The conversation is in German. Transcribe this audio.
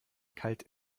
kalt